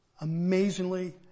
amazingly